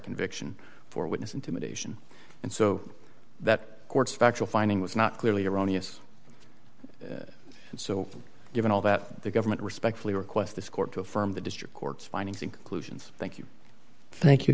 conviction for witness intimidation and so that court's factual finding was not clearly erroneous and so given all that the government respectfully request this court to affirm the district court's findings and conclusions thank you thank you